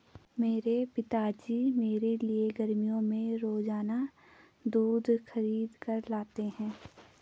मेरे पिताजी मेरे लिए गर्मियों में रोजाना दूध खरीद कर लाते हैं